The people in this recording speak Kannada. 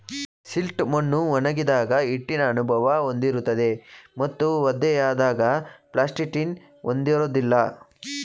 ಸಿಲ್ಟ್ ಮಣ್ಣು ಒಣಗಿದಾಗ ಹಿಟ್ಟಿನ ಅನುಭವ ಹೊಂದಿರುತ್ತದೆ ಮತ್ತು ಒದ್ದೆಯಾದಾಗ ಪ್ಲಾಸ್ಟಿಟಿನ ಹೊಂದಿರೋದಿಲ್ಲ